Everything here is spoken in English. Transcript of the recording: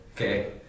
Okay